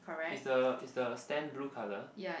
is the is the stand blue colour